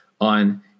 on –